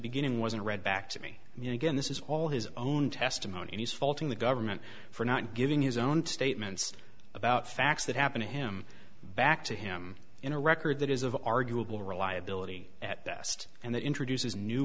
beginning wasn't read back to me you know again this is all his own testimony he's faulting the government for not giving his own statements about facts that happen to him back to him in a record that is of arguable reliability at best and that introduces new